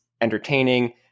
entertaining